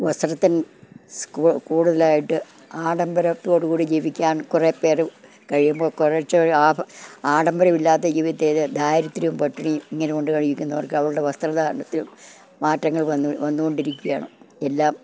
വസ്ത്രത്തിന് സ്കൂ കൂടുതലായിട്ട് ആഡംബരത്തോടു കൂടി ജീവിക്കാൻ കുറേ പേര് കഴിയുമ്പോൾ കുറച്ചൊരാഭം ആഡംബരമില്ലാത്ത ജീവിത്തേത് ദാരിദ്രവും പട്ടിണിയും ഇങ്ങനെ കൊണ്ട് കഴിക്കുന്നവർക്കവളുടെ വസ്ത്ര ധാരണത്തിനും മാറ്റങ്ങൾ വന്നു വന്നു കൊണ്ടിരിക്കുകയാണ് എല്ലാം